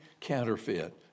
counterfeit